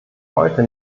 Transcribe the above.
heute